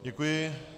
Děkuji.